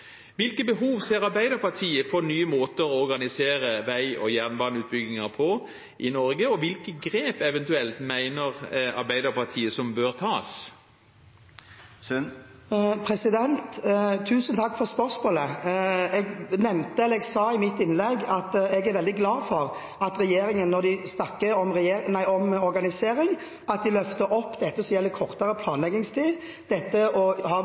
Hvilke behov ser Arbeiderpartiet for nye måter å organisere vei- og jernbaneutbygging på i Norge, og eventuelt hvilke grep mener Arbeiderpartiet at bør tas? Tusen takk for spørsmålet. Jeg sa i mitt innlegg at jeg er veldig glad for at regjeringen – når den snakker om organisering – løfter opp kortere planleggingstid, mer sammenhengende utbygging og at en ønsker å samordne innsigelsesinstituttet. Dette er politikk som allerede ligger i Nasjonal transportplan, så dette